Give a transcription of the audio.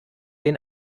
den